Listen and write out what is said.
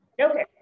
Okay